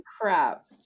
crap